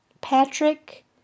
Patrick